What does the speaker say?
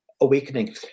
awakening